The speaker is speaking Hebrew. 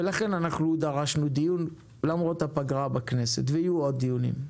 ולכן אנחנו דרשנו דיון למרות הפגרה בכנסת ויהיו עוד דיונים.